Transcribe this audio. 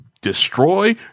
destroy